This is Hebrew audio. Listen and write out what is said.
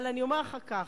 אבל אומר לך כך: